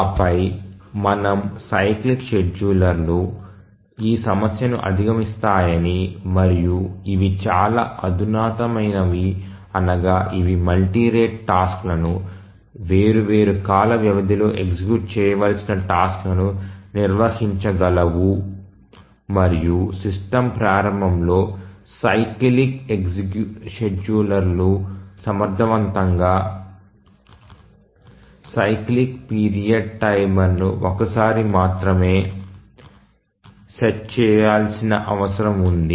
ఆ పై మనము సైక్లిక్ షెడ్యూలర్లు ఈ సమస్యను అధిగమిస్తాయని మరియు ఇవి చాలా అధునాతనమైనవి అనగా ఇవి మల్టీ రేటు టాస్క్లను వేర్వేరు కాల వ్యవధిలో ఎగ్జిక్యూట్ చేయవలసిన టాస్క్లను నిర్వహించగలవు మరియు సిస్టమ్ ప్రారంభంలో సైక్లిక్ షెడ్యూలర్లు సమర్థవంతంగా సైక్లిక్ పీరియాడిక్ టైమర్ను ఒక సారి మాత్రమే సెట్ చేయాల్సిన అవసరం ఉంది